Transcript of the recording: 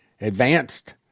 advanced